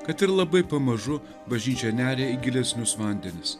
kad ir labai pamažu bažnyčia neria į gilesnius vandenis